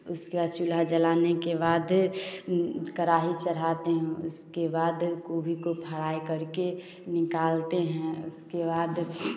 उसके बाद चूल्हा जलाने के बाद कढ़ाई चढ़ाते हैं उसके बाद गोभी को फ्राई करके निकालते हैं उसके बाद